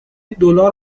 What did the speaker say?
دلار